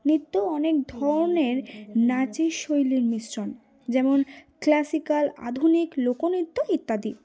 নৃত্য অনেক ধরনের নাচের শৈলীর মিশ্রণ যেমন ক্লাসিক্যাল আধুনিক লোকনৃত্য ইত্যাদি